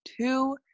Two